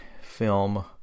film